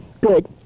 good